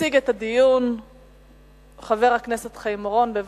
התשס"ח 2008, התקבלה.